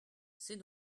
c’est